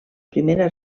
primera